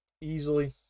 easily